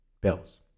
Bills